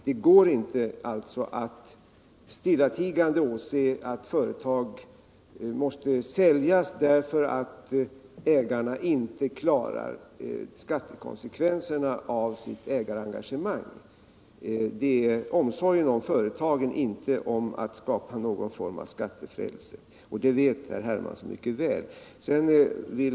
Det går alltså inte att stillatigande åse att företag måste säljas därför att ägarna inte klarar skattekonsekvenserna av sitt ägarengagemang. Det är omsorgen om företagen, inte önskan att skapa någon form av skattefrälse som är vårt motiv, och det vet herr Hermansson mycket väl.